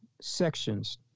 sections